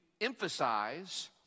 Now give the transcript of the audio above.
emphasize